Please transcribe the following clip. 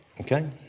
Okay